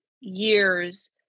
years